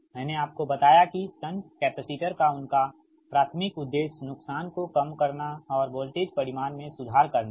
मैंने आपको बताया कि शंट कैपेसिटर का उनका प्राथमिक उद्देश्य नुकसान को कम करना और वोल्टेज परिमाण में सुधार करना है